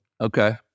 Okay